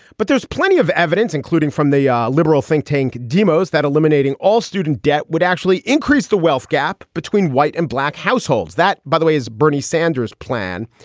but there's. plenty of evidence, including from the ah liberal think tank demos, that eliminating all student debt would actually increase the wealth gap between white and black households. that, by the way, is bernie sanders plan.